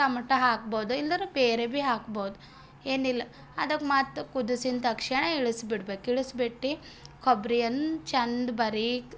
tomato ಹಾಕ್ಬೋದು ಇಲ್ದಿದ್ರೆ ಬೇರೆ ಬೀ ಹಾಕ್ಬೋದು ಏನಿಲ್ಲ ಅದಕ್ಕೆ ಮತ್ತೆ ಕುದಿಸಿದ ತಕ್ಷಣ ಇಳಿಸಿ ಬಿಡಬೇಕು ಇಳಿಸಿಬಿಟ್ಟು ಕೊಬ್ಬರಿಯನ್ನು ಚೆಂದ ಬರೀಕ್